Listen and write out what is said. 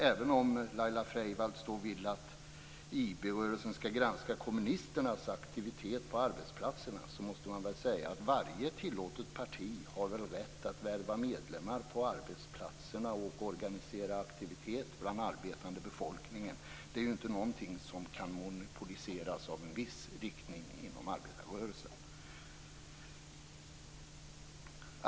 Även om Laila Freivalds vill att IB-rörelsen skall granska kommunisternas aktiviteter på arbetsplatserna måste man väl säga att varje tillåtet parti har rätt att värva medlemmar på arbetsplatserna och organisera aktivitet bland den arbetande befolkningen. Det är inte någonting som kan monopoliseras av en viss riktning inom arbetarrörelsen.